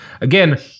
Again-